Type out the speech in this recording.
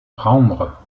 prendre